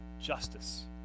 justice